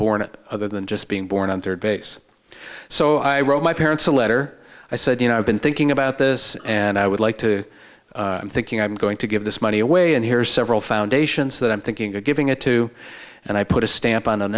a than just being born on third base so i wrote my parents a letter i said you know i've been thinking about this and i would like to thinking i'm going to give this money away and here are several foundations that i'm thinking of giving it to and i put a stamp on an